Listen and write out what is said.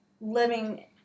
living